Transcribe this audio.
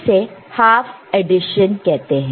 इसे half addition कहते हैं